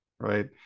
Right